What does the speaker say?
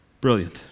Brilliant